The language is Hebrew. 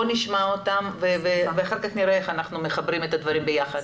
בואי נשמע אותם ואחר כך נראה איך אנחנו מחברים את הדברים ביחד.